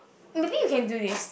maybe you can do this